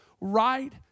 right